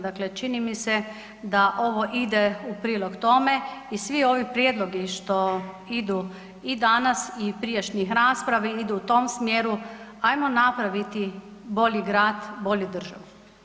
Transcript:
Dakle, čini mi se da ovo ide u prilog tome i svi ovi prijedlozi što idu i danas i prijašnjih raspravi, idu u tom smjeru ajmo napraviti bolji grad, bolju državu.